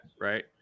right